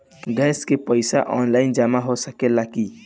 Gas के पइसा online जमा हो सकेला की?